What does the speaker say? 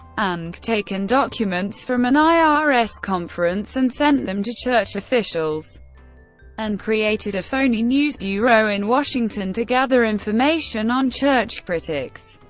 and taken documents from an i r s. conference and sent them to church officials and created a phony news bureau in washington to gather information on church critics.